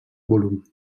volum